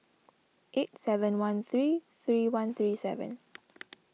eight seven one three three one three seven